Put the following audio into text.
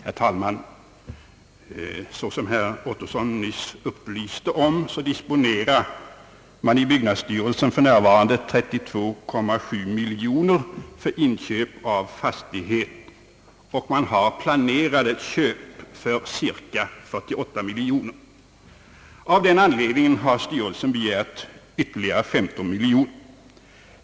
Herr talman! Som herr Ottosson nyss upplyste oss om, disponerar byggnadsstyrelsen för närvarande 32,7 miljoner kronor för inköp av fastigheter. De planerade inköpen uppgår till ett värde av cirka 48 miljoner kronor, och därför har styrelsen begärt ytterligare 15 miljoner.